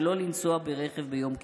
שלא לנסוע ברכב ביום כיפור.